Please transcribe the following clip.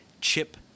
chip